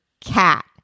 cat